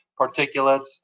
particulates